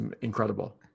incredible